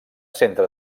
centre